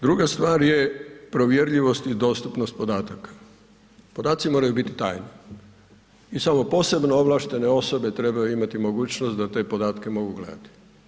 Druga stvar je provjerljivost i dostupnost podataka, posaci moraju biti tajni i samo posebno ovlaštene osobe trebaju imati mogućnost da te podatke mogu gledati.